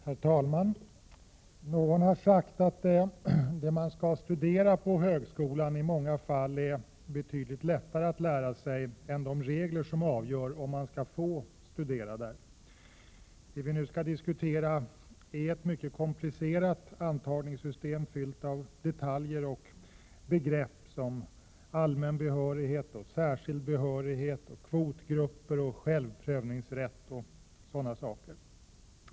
Herr talman! Någon har sagt att det man skall studera på högskolan i många fall är betydligt lättare att lära sig än de regler som avgör om man skall få studera det. Antagningssystemet till högskolan är mycket komplicerat, fullt av detaljer och begrepp som ”allmän behörighet”, ”särskild behörighet”, ”kvotgrupper”, ”självprövningsrätt” osv.